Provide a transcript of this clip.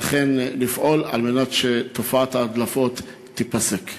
ואכן לפעול כדי שתופעת ההדלפות תיפסק.